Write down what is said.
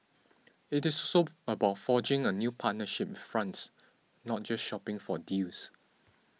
it is soap about forging a new partnership with France not just shopping for deals